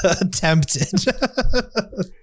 Attempted